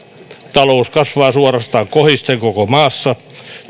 kasvaa suorastaan kohisten koko maassa